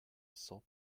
cent